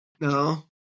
No